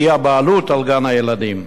שהיא הבעלים של גן-הילדים.